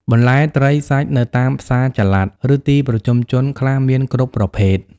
បន្លែ ត្រី សាច់នៅតាមផ្សារចល័ត ឬទីប្រជុំជនខ្លះមានគ្រប់ប្រភេទ។